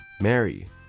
Mary